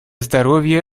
здоровья